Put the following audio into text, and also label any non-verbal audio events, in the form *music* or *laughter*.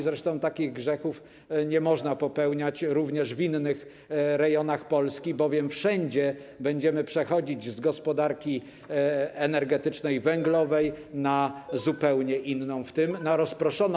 Zresztą takich grzechów nie można popełniać również w innych rejonach Polski, bowiem wszędzie będziemy przechodzić z gospodarki energetycznej węglowej *noise* na zupełnie inną, w tym na rozproszoną.